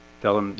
tell them?